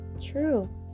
True